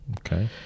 Okay